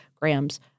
grams